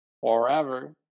forever